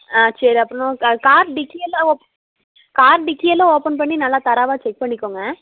ஆ சரி அப்படினா அது கார் டிக்கி எல்லாம் கார் டிக்கி எல்லாம் ஓப்பன் பண்ணி நல்லா தரோவா செக் பண்ணிக்கங்க